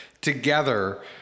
together